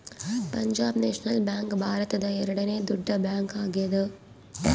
Punjab national bank ಭಾರತದ ಎರಡನೆ ದೊಡ್ಡ ಬ್ಯಾಂಕ್ ಆಗ್ಯಾದ